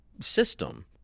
system